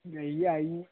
जल्दी आइए